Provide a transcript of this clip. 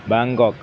Bangkok